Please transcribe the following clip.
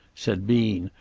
said bean,